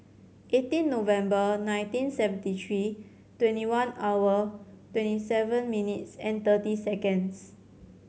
eighteen November nineteen seventy three twenty one hour twenty seven minutes and thirty seconds